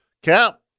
Cap